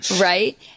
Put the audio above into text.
right